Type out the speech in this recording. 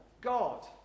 God